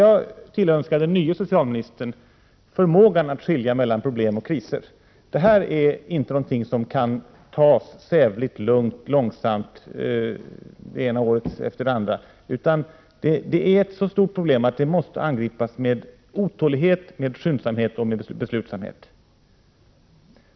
Jag tillönskar nu den nye socialministern förmågan att skilja mellan problem och kriser. Detta är inte något som man kan arbeta långsamt och sävligt med år efter år, utan det är ett så stort problem att det måste angripas med otålighet, skyndsamhet och beslutsamhet.